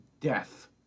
death